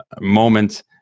moment